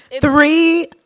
Three